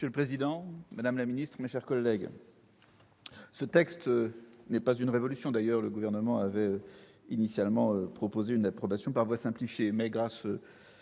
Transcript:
Monsieur le président, madame la ministre, mes chers collègues, ce texte n'est pas une révolution. D'ailleurs, le Gouvernement avait initialement proposé une approbation par voie simplifiée. Toutefois, grâce